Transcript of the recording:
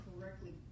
correctly